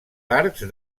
arcs